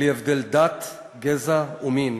בלי הבדל דת, גזע או מין,